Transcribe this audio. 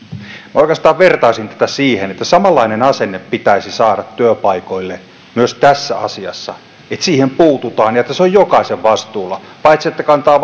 oikeastaan vertaisin tätä siihen samanlainen asenne pitäisi saada työpaikoille myös tässä asiassa että siihen puututaan ja että se on jokaisen vastuulla paitsi että kantaa